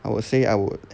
I would say I would